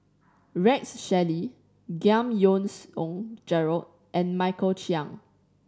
Rex Shelley Giam Yean Song Gerald and Michael Chiang